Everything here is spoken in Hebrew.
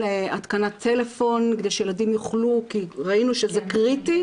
התקנת טלפון כדי שילדים יוכלו כי ראינו שזה קריטי,